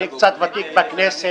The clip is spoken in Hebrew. אני קצת ותיק בכנסת.